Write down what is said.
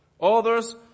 others